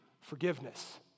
forgiveness